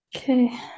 okay